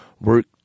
work